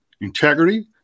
integrity